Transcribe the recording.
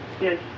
Yes